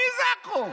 מי זה החוק?